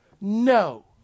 No